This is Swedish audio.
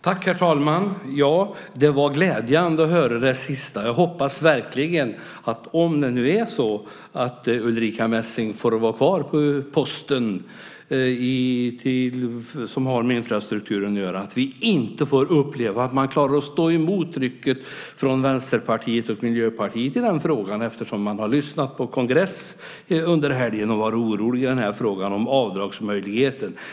Herr talman! Det var glädjande att höra det sista. Jag hoppas verkligen att vi får uppleva - om det nu är så att Ulrica Messing får vara kvar på posten som har med infrastruktur att göra - att man klarar att stå emot trycket från Vänsterpartiet och Miljöpartiet i den frågan. Vi har ju kunnat lyssna på en kongress under helgen och blivit oroliga i frågan om avdragsmöjligheten.